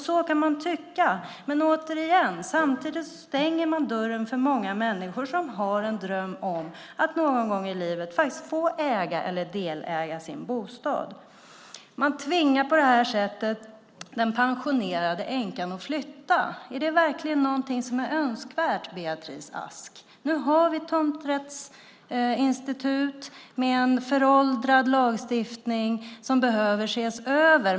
Så kan man tycka, men samtidigt stänger man dörren för många människor som har en dröm om att någon gång i livet få äga eller deläga sin bostad. Man tvingar på det här sättet den pensionerade änkan att flytta. Är det verkligen något som är önskvärt, Beatrice Ask? Nu har vi tomträttsinstitut med en föråldrad lagstiftning som behöver ses över.